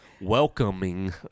welcoming